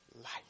life